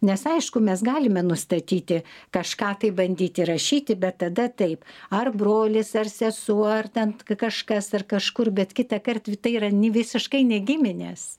nes aišku mes galime nustatyti kažką tai bandyti rašyti bet tada taip ar brolis ar sesuo ar ten kažkas ar kažkur bet kitąkart v tai yra ni visiškai ne giminės